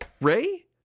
ray